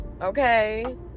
okay